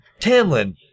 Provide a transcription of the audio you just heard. Tamlin